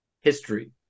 history